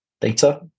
data